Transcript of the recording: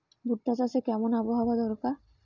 ভুট্টা চাষে কেমন আবহাওয়া দরকার?